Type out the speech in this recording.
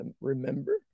remember